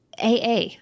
AA